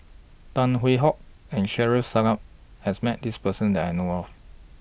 Tan Hwee Hock and Shaffiq Selamat has Met This Person that I know of